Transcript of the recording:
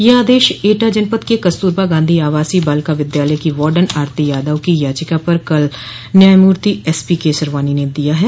यह आदेश एटा जनपद के कस्तूरबा गांधी आवासीय बालिका विद्यालय की वार्डेन आरती यादव की याचिका पर कल न्यायमूर्ति एसपी केसरवानी ने दिया है